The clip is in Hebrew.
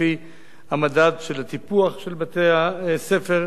לפי מדד הטיפוח של בתי-הספר.